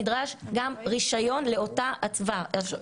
נדרש גם רישיון לאותה אצווה.